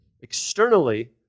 externally